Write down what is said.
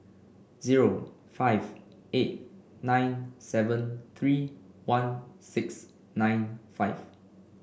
zero five eight nine seven three one six nine five